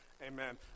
Amen